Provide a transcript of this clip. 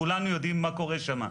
כולנו יודעים מה קורה שם.